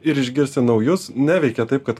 ir išgirsti naujus neveikia taip kad